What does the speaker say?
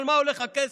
על מה הולך הכסף.